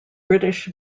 british